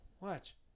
Watch